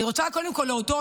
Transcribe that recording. אני רוצה קודם כול להודות